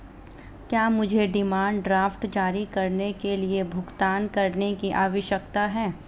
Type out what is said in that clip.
क्या मुझे demand draft जारी करने के लिए भुगतान करने की आवश्यकता है?